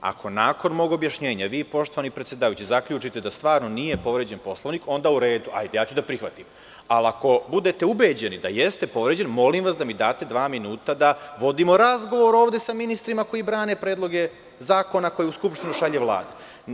Ako nakon mog objašnjenja vi, poštovani predsedavajući, zaključite da stvarno nije povređen Poslovnik, onda u redu, prihvatiću, ali ako budete ubeđeni da jeste povređen, molim vas da mi date dva minuta da vodimo razgovor ovde sa ministrima koji brane predloge zakone koje u Skupštinu šalje Vlada.